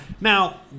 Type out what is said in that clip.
now